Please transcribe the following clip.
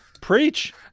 Preach